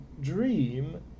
dream